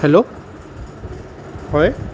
hello হয়